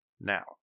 Now